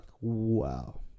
wow